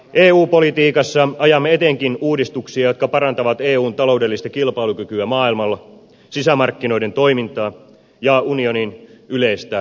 eu politiikassa ajamme etenkin uudistuksia jotka parantavat eun taloudellista kilpailukykyä maailmalla sisämarkkinoiden toimintaa ja unionin yleistä tehokkuutta